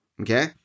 okay